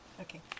okay